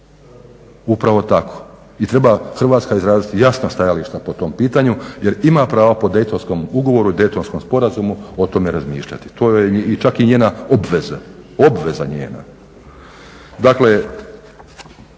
Upravo tako. I treba Hrvatska izraziti jasna stajališta po tom pitanju jer ima prava po dejtonskom ugovoru i dejtonskom sporazumu o tome razmišljati. To je i čak i njena obveza, obveza njega.